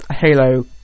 Halo